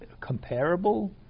comparable